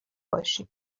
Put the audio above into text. باشیم